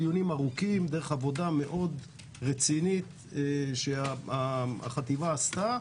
היו דיונים ארוכים דרך עבודה מאוד רצינית שהחטיבה עשתה,